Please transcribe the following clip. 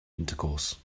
intercourse